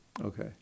Okay